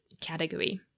category